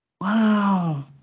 Wow